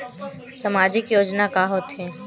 सामाजिक योजना का होथे?